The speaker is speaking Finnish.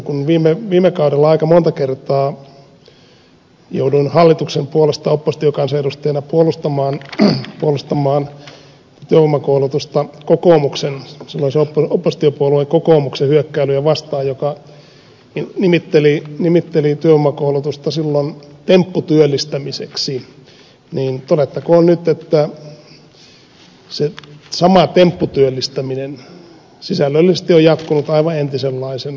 kun viime kaudella aika monta kertaa jouduin hallituksen puolesta oppositiokansanedustajana puolustamaan työvoimakoulutusta silloisen oppositiopuoleen kokoomuksen hyökkäilyjä vastaan joissa silloin nimiteltiin työvoimakoulutusta tempputyöllistämiseksi todettakoon nyt että se sama tempputyöllistäminen on sisällöllisesti jatkunut aivan entisenlaisena